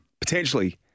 potentially